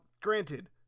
granted